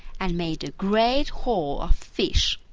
and made a great haul of fish.